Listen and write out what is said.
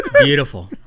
beautiful